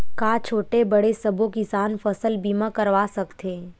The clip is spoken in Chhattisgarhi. का छोटे बड़े सबो किसान फसल बीमा करवा सकथे?